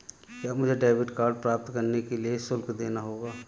क्या मुझे debit card प्राप्त करने के लिए शुल्क देना होगा?